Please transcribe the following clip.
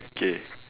okay